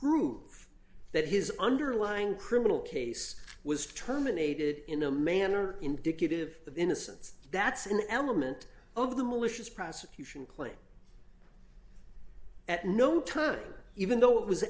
prove that his underlying criminal case was terminated in a manner indicative of innocence that's an element of the malicious prosecution claim at no time even though it was